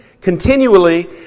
Continually